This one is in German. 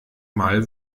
mal